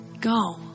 Go